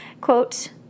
Quote